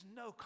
no